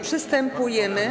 Przystępujemy.